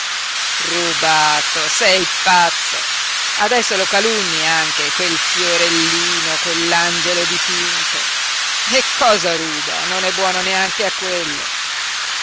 rubato rubato sei pazzo adesso lo calunni anche quel fiorellino quell'angelo dipinto e cosa ruba non è buono neanche a quello